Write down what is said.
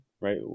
right